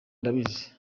ndabizi